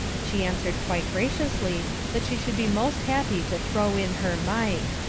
she answered quite graciously that she should be most happy to throw in her mite.